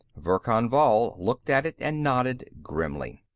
verkan vall looked at it and nodded grimly.